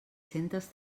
centes